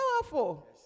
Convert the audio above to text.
powerful